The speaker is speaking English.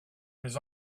his